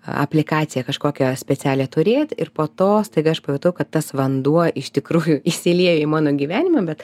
aplikaciją kažkokią specialią turėt ir po to staiga aš pajutau kad tas vanduo iš tikrųjų įsiliejo į mano gyvenimą bet